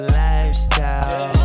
lifestyle